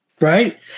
Right